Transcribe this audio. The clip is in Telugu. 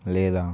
లేదా